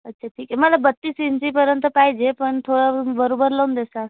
अच्छा ठीक आहे मला बत्तीस इंचीपर्यंत पाहिजे पण थोडं म् बरोबर लावून दे